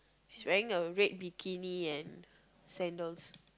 she's wearing a red bikini and sandals